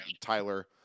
Tyler